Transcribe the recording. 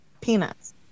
Peanuts